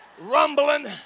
Rumbling